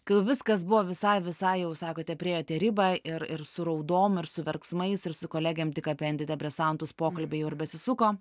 kai jau viskas buvo visai visai jau sakote priėjote ribą ir ir su raudom ir su verksmais ir su kolegėm tik apie antidepresantus pokalbiai jau ir besisuko